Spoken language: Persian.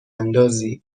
اندازی